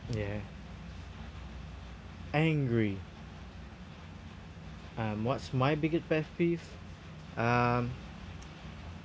ya angry um what's my biggest pet peeve um